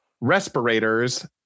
respirators